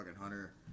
hunter